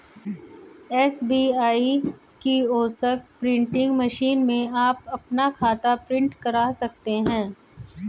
SBI kiosk printing machine में आप अपना खाता प्रिंट करा सकते हैं